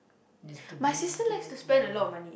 better be gila gila